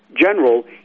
general